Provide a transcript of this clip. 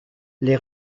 les